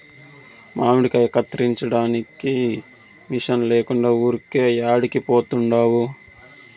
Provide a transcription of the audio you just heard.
మామిడికాయ కత్తిరించడానికి మిషన్ లేకుండా ఊరికే యాడికి పోతండావు